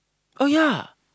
oh ya